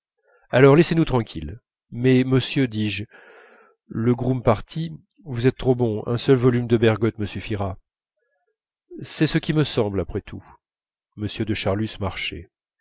alors laissez-nous tranquilles mais monsieur dis-je le groom parti vous êtes trop bon un seul volume de bergotte me suffira c'est ce qui me semble après tout m de charlus marchait